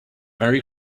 merry